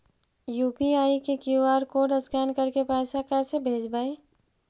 UPI के QR code scan करके पैसा कैसे भेजबइ?